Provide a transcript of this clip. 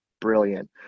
brilliant